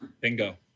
Bingo